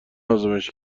آزمایش